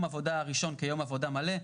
עוד יום אחד שאנחנו צריכים לפצות בעבורו,